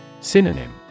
Synonym